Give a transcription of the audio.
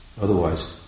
otherwise